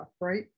right